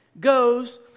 goes